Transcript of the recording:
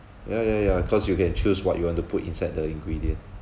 ya ya ya cause you can choose what you want to put inside the ingredient